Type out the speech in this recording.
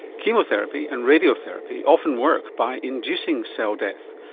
chemotherapy and radiotherapy often work by inducing cell death,